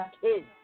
kids